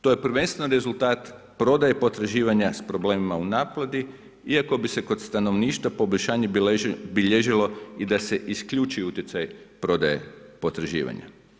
To je pojedinačno rezultat prodaje potraživanja s problemima u naplati, iako bi se kod stanovništva poboljšanje bilježilo i da se isključi utjecaj prodaje potraživanja.